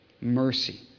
Mercy